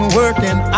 working